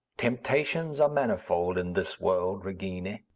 temptations are manifold in this world, regina.